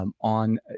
on